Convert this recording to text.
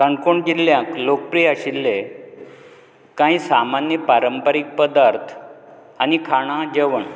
काणकोण जिल्ल्यांत लोकप्रिय आशिल्ले कांय सामान्य पारंपारिक पदार्थ आनी खाणां जेवण